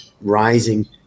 rising